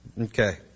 Okay